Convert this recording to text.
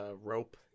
rope